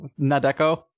Nadeko